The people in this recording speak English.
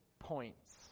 points